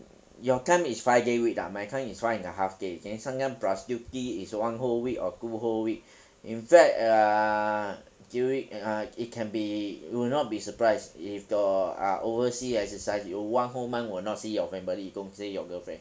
your time is five day week lah my time is five and a half day then sometimes plus duty is one whole week or two whole week in fact err during err it can be you will not be surprised if got ah overseas exercise you one whole month will not see your family don't say your girlfriend